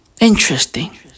Interesting